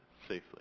safely